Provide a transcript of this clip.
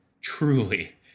truly